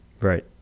Right